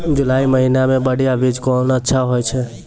जुलाई महीने मे बढ़िया बीज कौन अच्छा होय छै?